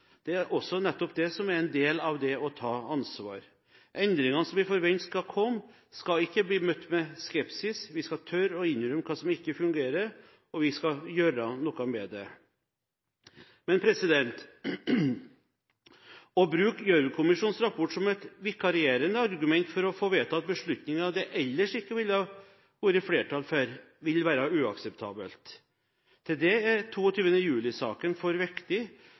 Det er nettopp en del av det å ta ansvar. Endringene som vi forventer skal komme, skal ikke bli møtt med skepsis. Vi skal tørre å innrømme hva som ikke fungerer, og vi skal gjøre noe med det. Men å bruke Gjørv-kommisjonens rapport som et vikarierende argument for å få vedtatt beslutninger det ellers ikke ville ha vært flertall for, vil være uakseptabelt. Til det er 22. juli-saken for viktig